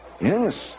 Yes